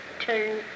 turn